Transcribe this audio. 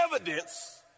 evidence